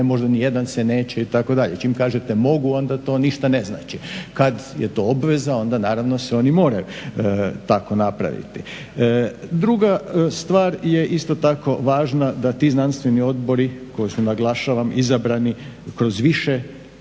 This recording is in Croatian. ne, možda nijedan se neće itd. čim kaže mogu onda to ništa ne znači, kada je to obveza onda naravno se oni moraju tako napraviti. Druga stvar je isto tako važna da ti znanstveni odbori koji su naglašavam izabrani kroz više